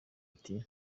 ati